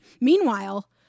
Meanwhile